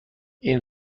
این